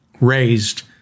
raised